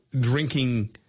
drinking